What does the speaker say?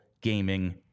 gaming